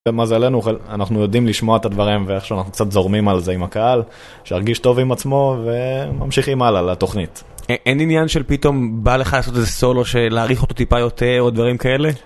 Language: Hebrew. למזלנו, אנחנו יודעים לשמוע את הדברים ואיכשהו אנחנו קצת זורמים על זה עם הקהל שירגיש טוב עם עצמו, וממשיכים הלאה לתוכנית. אין עניין של פתאום בא לך לעשות איזה סולו, להאריך אותו טיפה יותר, או דברים כאלה?